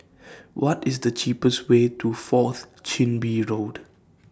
What IS The cheapest Way to Fourth Chin Bee Road